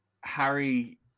Harry